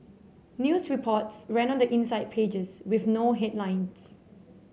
news reports ran on the inside pages with no headlines